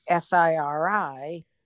SIRI